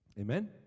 Amen